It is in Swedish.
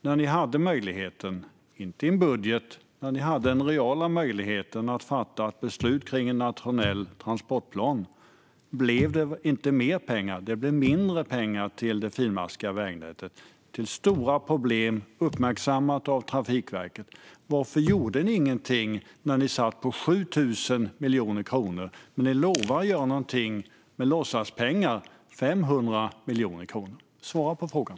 När ni hade den reala möjligheten, inte i en budget, att fatta ett beslut kring en nationell transportplan blev det inte mer utan mindre pengar till det finmaskiga vägnätet med stora problem, uppmärksammade av Trafikverket. Varför gjorde ni ingenting när ni satt på 7 000 miljoner kronor medan ni nu lovar att göra någonting med låtsaspengar, 500 miljoner kronor? Svara på frågan!